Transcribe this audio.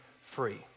free